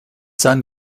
son